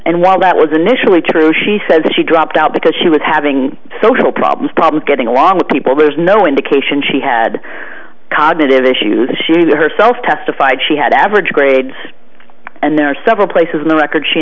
and while that was initially true she says she dropped out because she was having social problems problems getting along with people there was no indication she had cognitive issues she herself testified she had average grades and there are several places in the record she